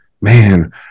man